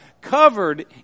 covered